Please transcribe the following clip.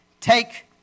take